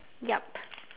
yup